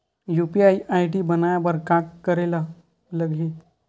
UPI ID बनाये बर का करे ल लगही?